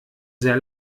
sehr